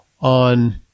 on